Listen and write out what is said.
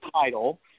title